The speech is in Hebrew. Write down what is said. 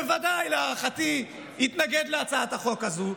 שלהערכתי בוודאי יתנגד להצעת החוק הזו,